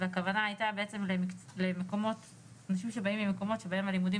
והכוונה הייתה בעצם לאנשים שבאים ממקומות שבהם הלימודים